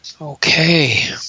Okay